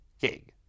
gig